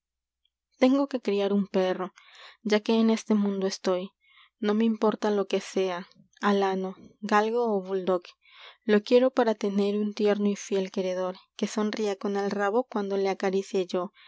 engo de criar un perro ya que en no me este mundo estoy que sea importa lo alano galgo bull-dog lo un quiero para tener tierno y fiel queredor con que sonría el rabo cuando le acaricie yo